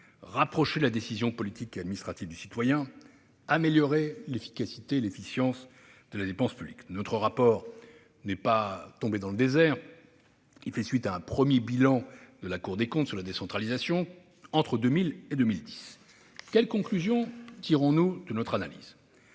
rapprocher la décision politique et administrative du citoyen et d'améliorer l'efficacité et l'efficience de la dépense publique. Notre rapport fait suite à un premier bilan de la Cour des comptes sur la décentralisation entre 2000 et 2010. Quelles conclusions tirons-nous ? Disons-le,